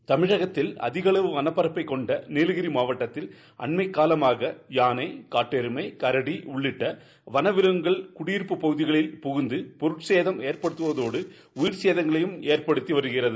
seconds தமிழகத்தில் அதிகளவு வளப்பரப்பை கொண்ட நீலகிரி மாவட்டத்தில் அண்மை காலமாக யானை காட்டெருமை கரடி உள்ளிட்ட வள விலங்குகள் குடியிருப்பு பகுதிகளில் புகுந்து பொருட்சேதம் எற்படுத்துவதோடு உயிர் சேதங்களையும் எற்படுத்தி வருகிறது